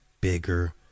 bigger